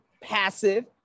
passive